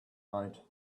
night